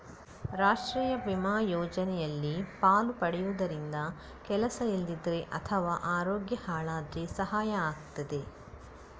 ರಾಷ್ಟೀಯ ವಿಮಾ ಯೋಜನೆಯಲ್ಲಿ ಪಾಲು ಪಡೆಯುದರಿಂದ ಕೆಲಸ ಇಲ್ದಿದ್ರೆ ಅಥವಾ ಅರೋಗ್ಯ ಹಾಳಾದ್ರೆ ಸಹಾಯ ಆಗ್ತದೆ